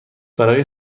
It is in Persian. برای